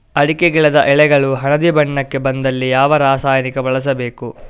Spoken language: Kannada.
ಅಡಿಕೆ ಗಿಡದ ಎಳೆಗಳು ಹಳದಿ ಬಣ್ಣಕ್ಕೆ ಬಂದಲ್ಲಿ ಯಾವ ರಾಸಾಯನಿಕ ಬಳಸಬೇಕು?